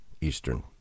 Eastern